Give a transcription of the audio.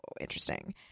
Interesting